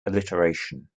alliteration